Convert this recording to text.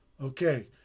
Okay